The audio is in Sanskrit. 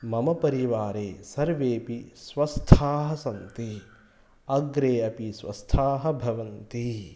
मम परिवारे सर्वेपि स्वस्थाः सन्ति अग्रे अपि स्वस्थाः भवन्ति